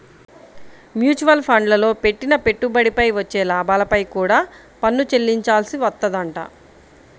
mutual ఫండ్లల్లో పెట్టిన పెట్టుబడిపై వచ్చే లాభాలపై కూడా పన్ను చెల్లించాల్సి వత్తదంట